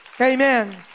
Amen